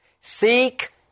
Seek